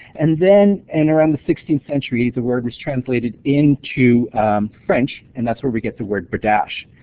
and then in around the sixteenth century the word was translated into french and that's where we get the word but ah so